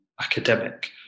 academic